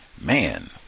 man